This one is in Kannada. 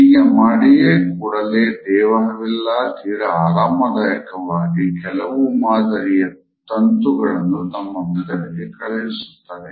ಹೀಗೆ ಮಾಡಿಯೇ ಕೂಡಲೇ ದೇಹವೆಲ್ಲ ತೀರಾ ಆರಾಮದಾಯಕವಾಗಿ ಕೆಲವು ಮಾದರಿಯ ತಂತುಗಳನ್ನು ನಮ್ಮ ಮೆದುಳಿಗೆ ಕಳುಹಿಸುತ್ತದೆ